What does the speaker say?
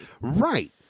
Right